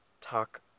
talk